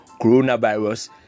coronavirus